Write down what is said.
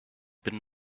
been